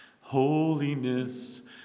Holiness